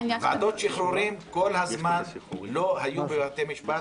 ועדות שחרורים כל הזמן לא היו בבתי משפט,